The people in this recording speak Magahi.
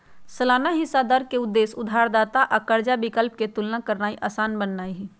सालाना हिस्सा दर के उद्देश्य उधारदाता आ कर्जा विकल्प के तुलना करनाइ असान बनेनाइ हइ